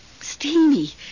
steamy